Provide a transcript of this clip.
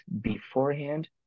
beforehand